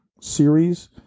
Series